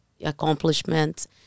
accomplishments